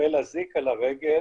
מקבל אזיק על הרגל